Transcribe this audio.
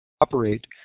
operate